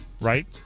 right